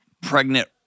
pregnant